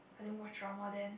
I didn't watch drama then